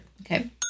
Okay